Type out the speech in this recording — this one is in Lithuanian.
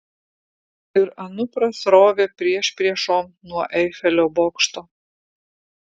ir anupras rovė priešpriešom nuo eifelio bokšto